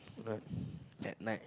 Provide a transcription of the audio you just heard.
not at night